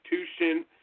institution